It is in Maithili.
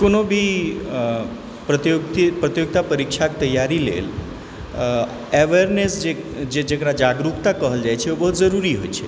कोनो भी प्रतियोगिता परीक्षाक तैयारीके लेल अवेयरनेस जकरा जागरुकता कहल जाइत छै ओ बहुत जरुरी होइत छै